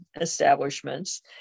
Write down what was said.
establishments